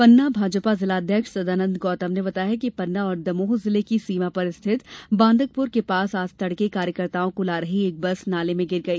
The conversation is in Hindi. पन्ना भाजपा जिलाध्यक्ष सदानंद गौतम ने बताया कि पन्ना और दमोह जिले की सीमा पर स्थित बांदकपुर के पास आज तड़के कार्यकर्ताओं को ला रही एक बस नाले में गिर गई